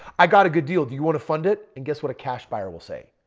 i got a good deal, do you want to fund it? and guess what a cash buyer will say?